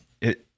it